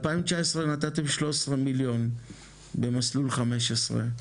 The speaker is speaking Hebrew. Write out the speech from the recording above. ב- 2019 נתתם 13 מיליון במסלול 15,